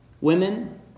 Women